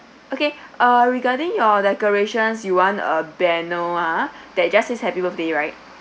okay ah regarding your decorations you want a banner ah that just say happy birthday right